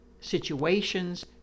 situations